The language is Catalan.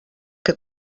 que